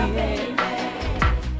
baby